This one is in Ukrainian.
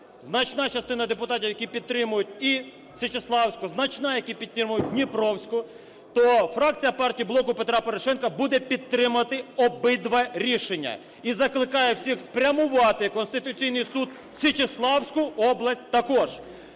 значна частина депутатів, які підтримують і Січеславську, значна, які підтримують Дніпровську, то фракція партії "Блоку Петра Порошенка" буде підтримувати обидва рішення і закликає всіх спрямувати в Конституційний Суд Січеславську область також.